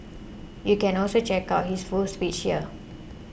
you can also check out his full speech here